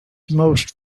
most